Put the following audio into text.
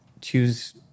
choose